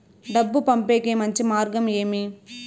డబ్బు పంపేకి మంచి మార్గం ఏమి